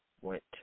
went